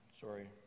Sorry